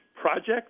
project